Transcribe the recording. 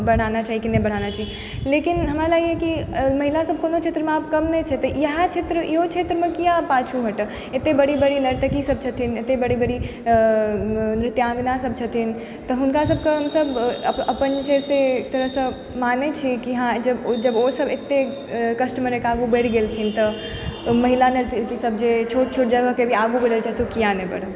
बढ़ाना चाही कि नहि बढ़ाना चाही लेकिन हमरा लागैए कि महिला सभ आब कोनो क्षेत्रमे आब कम नहि छथि इएह क्षेत्र इएहो क्षेत्रमे आब किएक पाछू किए हटत एते बड़ी बड़ी नर्तकी सभ छथिन एते बड़ी बड़ी नृत्याङ्गना सभ छथिन तऽ हुनका सभक हमसभ अपन अपन जे छै से एक तरहसँ मानैत छी कि हाँ जब जब ओ सभ एतेक कष्टमे रहिकऽ आगू बढ़ि गेलखिन तऽ महिला नर्तकी सभ जे छोट छोट जगह कऽ जे आगू रहै छथि किए नहि बढ़त